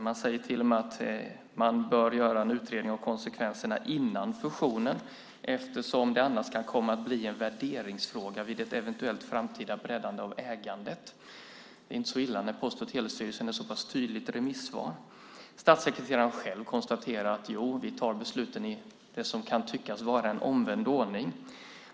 Man säger till och med att det bör göras en utredning av konsekvenserna före fusionen eftersom det kan komma att bli en värderingsfråga vid ett eventuellt framtida breddande av ägandet. Det är inte så illa när Post och telestyrelsen är så pass tydlig i sitt remissvar. Statssekreteraren själv konstaterar att man tar besluten i det som kan tyckas vara en omvänd ordning.